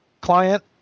client